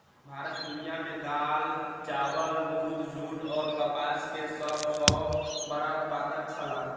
भारत दुनिया में दाल, चावल, दूध, जूट और कपास के सब सॉ बड़ा उत्पादक छला